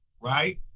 right